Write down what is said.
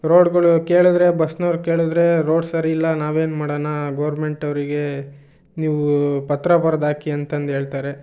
ರೋಡ್ಗಳು ಕೇಳಿದರೆ ಬಸ್ನವ್ರು ಕೇಳಿದರೆ ರೋಡ್ ಸರಿಯಿಲ್ಲ ನಾವೇನು ಮಾಡಣ ಗೋರ್ಮೆಂಟವರಿಗೆ ನೀವು ಪತ್ರ ಬರ್ದು ಹಾಕಿ ಅಂತಂದು ಹೇಳ್ತಾರೆ